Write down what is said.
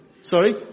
sorry